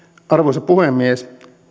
arvoisa puhemies